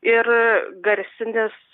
ir garsinis